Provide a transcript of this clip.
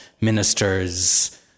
ministers